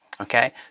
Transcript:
Okay